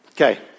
Okay